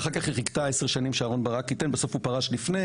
ולאחר מכן חיכתה כ-10 שנים שאהרון ברק ייתן לה ולבסוף הוא פרש לפני.